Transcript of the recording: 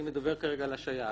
אני מדבר כרגע על השעיה.